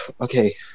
okay